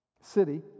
city